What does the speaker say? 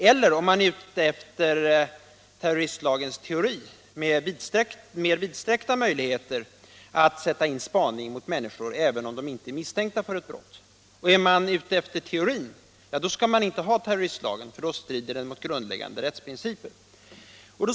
Om man i stället är ute efter terroristlagens teori med mer vidsträckta möjligheter att sätta in spaning mot människor, även om dessa inte är misstänkta för brott, skall man inte ha terroristlagen, eftersom den strider mot grundläggande rättsprinciper.